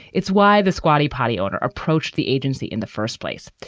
it's why the squatty potty owner approached the agency in the first place.